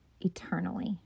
eternally